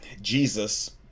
Jesus